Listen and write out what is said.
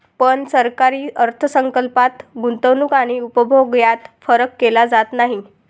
पण सरकारी अर्थ संकल्पात गुंतवणूक आणि उपभोग यात फरक केला जात नाही